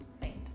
faint